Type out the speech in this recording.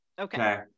okay